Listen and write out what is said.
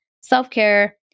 self-care